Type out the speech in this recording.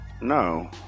No